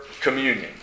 communion